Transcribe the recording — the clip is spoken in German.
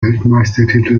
weltmeistertitel